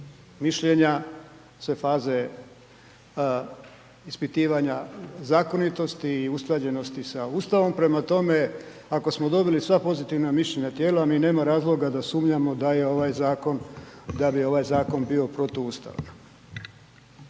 mišljenja, sve faze ispitivanja zakonitosti i usklađenosti sa Ustavom. Prema tome, ako smo dobili sva pozitivna mišljenja tijela mi nema razloga da sumnjamo da je ovaj zakon, da bi ovaj